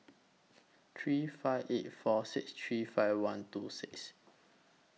three five eight four six three five one two six